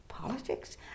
politics